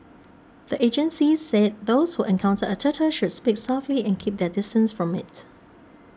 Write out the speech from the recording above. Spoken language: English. the agencies said those who encounter a turtle should speak softly and keep their distance from it